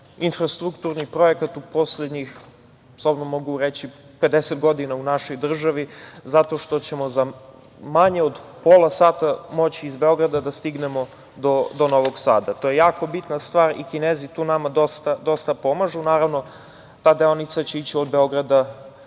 infrastrukturni projekat, u poslednjih 50 godina u našoj državi, zato što ćemo za manje od pola sata moći iz Beograda da stignemo do Novog Sada, a to je jako bitna stvar i Kinezi tu nama dosta pomažu. Naravno ta deonica će ići od Beograda